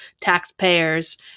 taxpayers